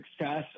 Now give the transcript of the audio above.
success